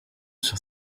sur